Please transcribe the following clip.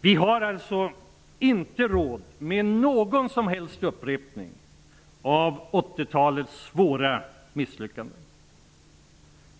Vi har inte råd med någon som helst upprepning av 80 talets svåra misslyckanden.